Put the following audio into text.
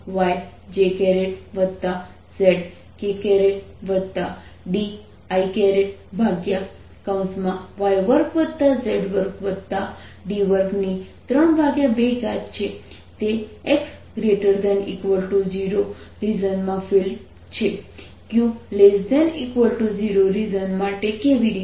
E 14π0 q yjzk diy2z2d232 14π0 q1 yjzkdiy2z2d232 for x ≥ 0 x ≤ 0 region માટે કેવી રીતે